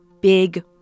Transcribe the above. big